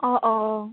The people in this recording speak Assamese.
অঁ অঁ